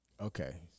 Okay